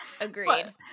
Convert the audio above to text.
agreed